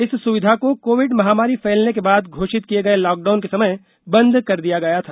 इस सुविधा को कोविड महामारी फैलने के बाद घोषित किए गए लॉकडाउन के समय बंद कर दिया गया था